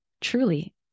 Truly